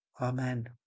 Amen